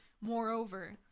Moreover